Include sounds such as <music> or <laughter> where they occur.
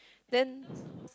then <breath>